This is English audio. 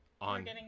on